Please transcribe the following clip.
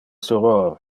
soror